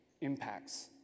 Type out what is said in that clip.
impacts